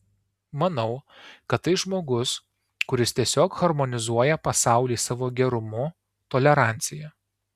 manau kad tai žmogus kuris tiesiog harmonizuoja pasaulį savo gerumu tolerancija